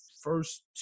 first